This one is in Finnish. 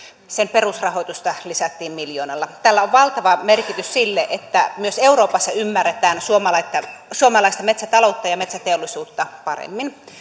perusrahoitusta lisättiin miljoonalla tällä on valtava merkitys sille että myös euroopassa ymmärretään suomalaista metsätaloutta ja metsäteollisuutta paremmin